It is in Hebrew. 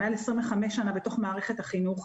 יותר מ-25 שנים בתוך מערכת החינוך.